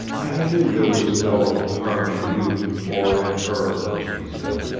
i knew there was no harm in you or in her, he said.